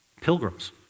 Pilgrims